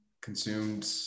Consumed